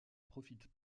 profite